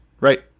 right